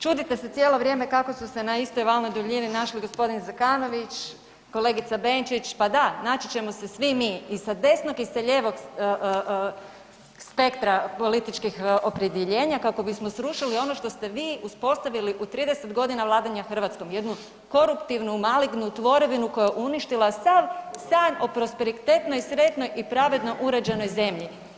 Čudite se cijelo vrijeme kako su se na istoj valnoj duljini našli gospodin Zekanović, kolegica Benčić pa da, naći ćemo se svi mi i sa desnog i sa lijevog spektri političkih opredjeljenja kako bismo srušili ono što ste vi uspostavili u 30 godina vladanja Hrvatskom, jednu koruptivnu malignu tvorevinu koja je uništila sav san o prosperitetnoj sretnoj i pravedno uređenoj zemlji.